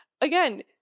again